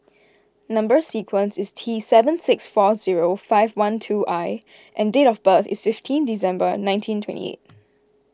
Number Sequence is T seven six four zero five one two I and date of birth is fifteen December nineteen twenty eight